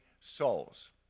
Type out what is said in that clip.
souls